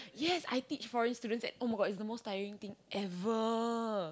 yes I teach foreign students at [oh]-my-God is the most tiring thing ever